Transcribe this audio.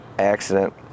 accident